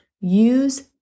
use